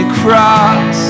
cross